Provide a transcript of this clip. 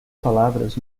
palavras